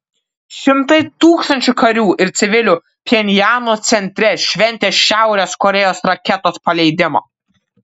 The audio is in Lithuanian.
šimtai tūkstančių karių ir civilių pchenjano centre šventė šiaurės korėjos raketos paleidimą